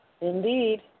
Indeed